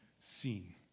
seen